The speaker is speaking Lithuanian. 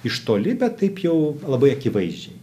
iš toli bet taip jau labai akivaizdžiai